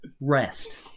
rest